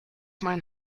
mein